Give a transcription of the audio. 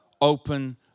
open